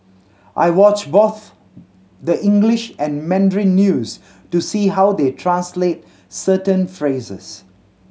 I watch both the English and Mandarin news to see how they translate certain phrases